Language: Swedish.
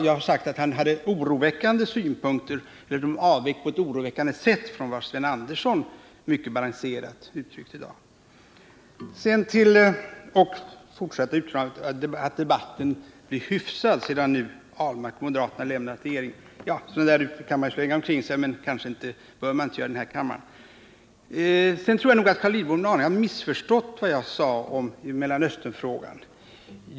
Jag framhöll ändå att han har synpunkter som avviker på ett oroväckande sätt från vad Sten Andersson mycket balanserat uttryckt i dag. Beträffande uttalandet att regeringens politik blivit hyfsad sedan nu Per Ahlmark och moderaterna lämnat regeringen vill jag säga att man naturligtvis kan slänga omkring sig sådana uttryck men att man inte bör göra det här i kammaren. Vidare tror jag att Carl Lidbom något missförstod vad jag sade i Mellanösternfrågan.